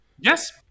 Yes